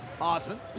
Osman